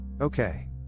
Okay